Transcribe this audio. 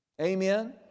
Amen